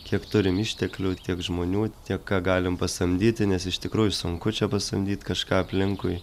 kiek turim išteklių tiek žmonių tiek ką galim pasamdyti nes iš tikrųjų sunku čia pasamdyt kažką aplinkui